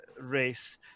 race